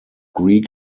greek